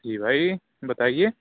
جی بھائی بتائیے